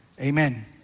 Amen